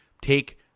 Take